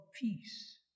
peace